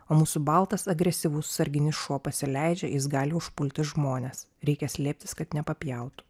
o mūsų baltas agresyvus sarginis šuo pasileidžia jis gali užpulti žmones reikia slėptis kad nepapjautų